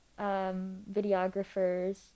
videographers